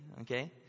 okay